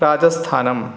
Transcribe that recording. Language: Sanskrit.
राजस्थानम्